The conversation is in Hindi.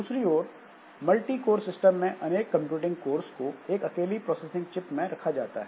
दूसरी ओर मल्टीकोर सिस्टम में अनेक कंप्यूटिंग कोर्स को एक अकेली प्रोसेसिंग चिप में रखा जाता है